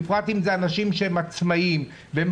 בפרט אם אלה אנשים שהם עצמאים והם